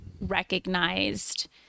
recognized